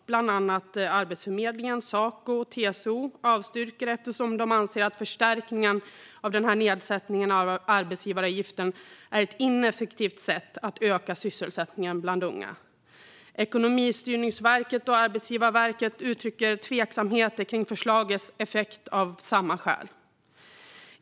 Bland andra Arbetsförmedlingen, Saco och TCO avstyrker, eftersom de anser att förstärkningen av nedsättningen av arbetsgivaravgiften är ett ineffektivt sätt att öka sysselsättningen bland unga. Ekonomistyrningsverket och Arbetsgivarverket uttrycker tveksamheter kring förslagets effekt av samma skäl.